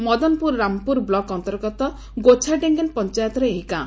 Madanpur Rampur block ଅନ୍ତର୍ଗତ ଗୋଛାଡେଙେନ ପଂଚାୟତର ଏହି ଗାଁ